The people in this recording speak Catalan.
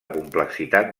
complexitat